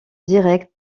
direct